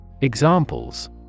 Examples